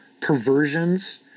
perversions